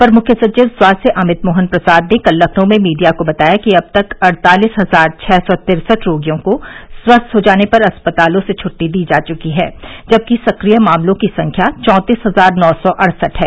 अपर मुख्य सचिव स्वास्थ्य अमित मोहन प्रसाद ने कल लखनऊ में मीडिया को बताया कि अब तक अड़तालीस हजार छः सौ तिरसठ रोगियों को स्वस्थ हो जाने पर अस्पतालों से छुट्टी दी जा चुकी है जबकि सक्रिय मामलों की संख्या चौंतीस हजार नौ सौ अड़सठ है